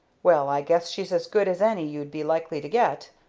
well, i guess she's as good as any you'd be likely to get,